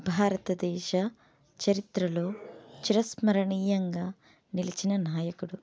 భారతదేశ చరిత్రలో చిరస్మరణీయంగా నిలిచిన నాయకుడు